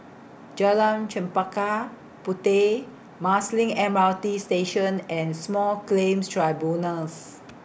Jalan Chempaka Puteh Marsiling M R T Station and Small Claims Tribunals